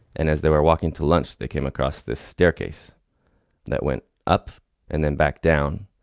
and as they were walking to lunch, they came across this staircase that went up and then back down,